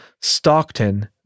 Stockton